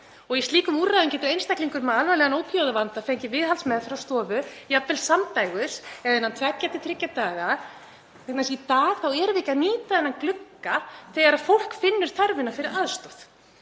Í slíkum úrræðum getur einstaklingur með alvarlegan ópíóíðavanda fengið viðhaldsmeðferð á stofu, jafnvel samdægurs eða innan tveggja til þriggja daga. Í dag erum við ekki að nýta þennan glugga þegar fólk finnur þörfina fyrir aðstoð.